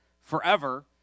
forever